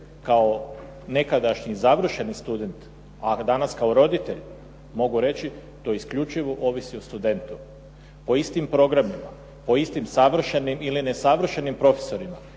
kao nekadašnji završeni student, a danas kao roditelj mogu reći to isključivo ovisi o studentu, o istim programima, o istim savršenim ili nesavršenim profesorima.